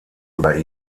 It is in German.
über